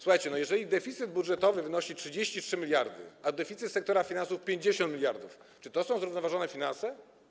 Słuchajcie, jeżeli deficyt budżetowy wynosi 33 mld, a deficyt sektora finansów - 50 mld, to czy to są zrównoważone finanse?